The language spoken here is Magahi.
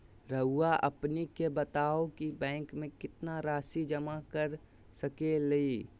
रहुआ हमनी के बताएं कि बैंक में कितना रासि जमा कर सके ली?